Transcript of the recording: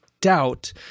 doubt